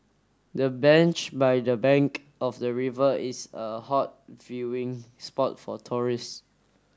the bench by the bank of the river is a hot viewing spot for tourist